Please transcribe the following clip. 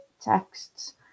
texts